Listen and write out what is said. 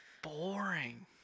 boring